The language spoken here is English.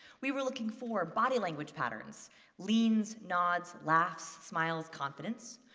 we were looking for body language patterns leans, nods, laughs, smiles, confidence.